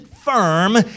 firm